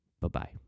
Bye-bye